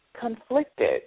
conflicted